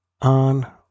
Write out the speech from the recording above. on